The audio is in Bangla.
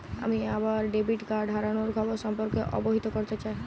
আমি আমার ডেবিট কার্ড হারানোর খবর সম্পর্কে অবহিত করতে চাই